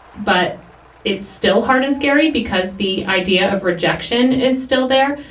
but it's still hard and scary because the idea of rejection is still there.